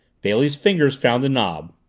bailey's fingers found the knob.